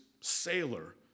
sailor